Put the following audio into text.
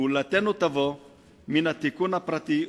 גאולתנו תבוא מן התיקון הפרטי,